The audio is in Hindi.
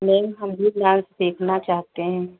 मेम हम भी डान्स सीखना चाहते हैं